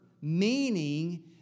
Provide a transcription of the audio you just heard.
meaning